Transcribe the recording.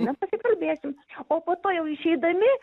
mes pasikalbėsim o po to jau išeidami